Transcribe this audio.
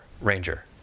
Ranger